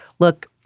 look,